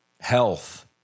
health